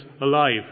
alive